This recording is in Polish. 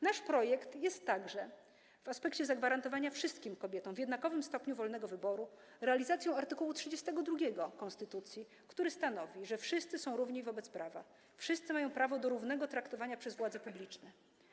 Nasz projekt jest także, w aspekcie zagwarantowania wszystkim kobietom w jednakowym stopniu wolnego wyboru, realizacją art. 32 konstytucji, który stanowi, że wszyscy są równi wobec prawa, wszyscy mają prawo do równego traktowania przez władzę publiczną.